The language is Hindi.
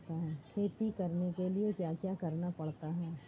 खेती करने के लिए क्या क्या करना पड़ता है?